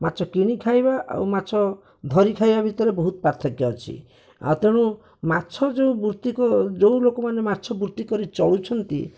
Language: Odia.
ମାଛ କିଣିକି ଖାଇବା ମାଛ ଧରିକି ଖାଇବା ଭିତରେ ବହୁତ ପାର୍ଥକ୍ୟ ଅଛି ଆଉ ତେଣୁ ମାଛ ଯେଉଁ ବୃତ୍ତିକୁ ଯେଉଁ ଲୋକମାନେ ମାଛ ବୃତ୍ତି କରି ଚଳୁଛନ୍ତି